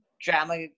drama